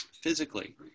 physically